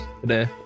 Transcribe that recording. today